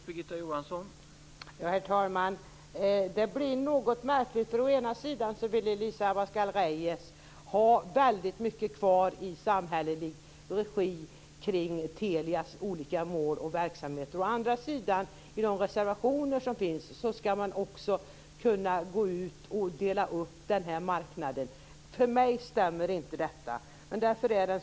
Herr talman! Det hela blir något märkligt. Å ena sidan vill Elisa Abascal Reyes ha väldigt mycket av Å andra sidan skall man, enligt de reservationer som finns, kunna gå ut och dela upp den här marknaden. För mig stämmer inte detta.